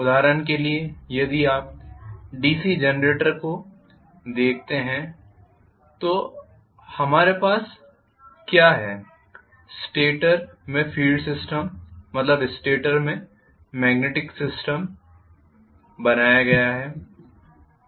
उदाहरण के लिए यदि आप डीसी जनरेटर को देखते हैं कि हमारे पास क्या है स्टेटर में फील्ड सिस्टम मतलब स्टेटर में मॅग्नेटिक सिस्टम बनाया गया है